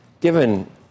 given